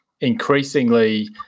increasingly